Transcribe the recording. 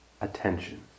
attention